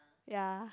ya